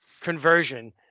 conversion